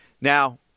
Now